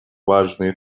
важные